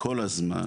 כל הזמן